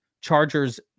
Chargers